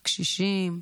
קשישים,